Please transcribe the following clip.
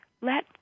let